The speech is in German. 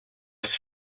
ist